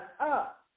up